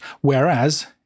whereas